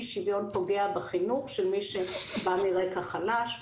אי שיוון פוגע בחינוך של מי שבא מרקע חלש,